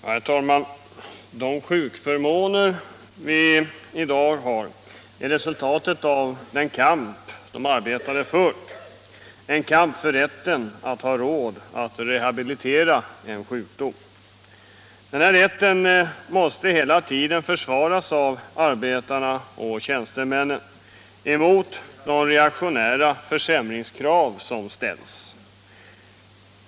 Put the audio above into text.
Herr talman! De sjukförmåner vi i dag har är resultatet av den kamp de arbetande fört, en kamp för rätten att ha råd till rehabilitering vid sjukdom. Denna rätt måste hela tiden försvaras av arbetarna och tjänstemännen emot de reaktionära försämringskrav som ställs.